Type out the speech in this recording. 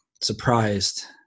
surprised